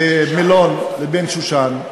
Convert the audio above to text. למילון אבן-שושן,